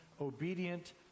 obedient